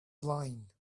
blind